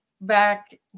back